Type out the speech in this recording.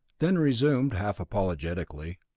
then resumed half apologetically,